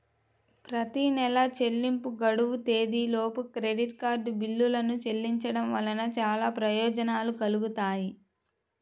ప్రతి నెలా చెల్లింపు గడువు తేదీలోపు క్రెడిట్ కార్డ్ బిల్లులను చెల్లించడం వలన చాలా ప్రయోజనాలు కలుగుతాయి